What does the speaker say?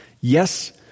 Yes